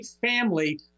family